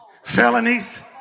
Felonies